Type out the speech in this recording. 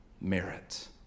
merit